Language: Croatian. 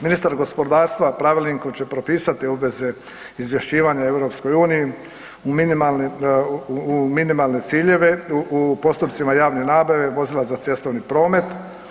Ministar gospodarstva pravilnikom će propisati obveze izvješćivanja EU u minimalne ciljeve u postupcima javne nabave vozila za cestovni promet.